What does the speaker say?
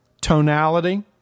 tonality